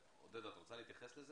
עודדה, את רוצה להתייחס לזה?